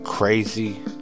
Crazy